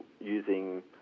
using